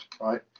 right